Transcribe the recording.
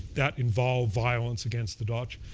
that involved violence against the dutch.